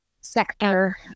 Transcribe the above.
sector